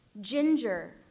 Ginger